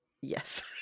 Yes